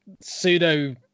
pseudo